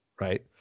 right